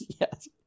Yes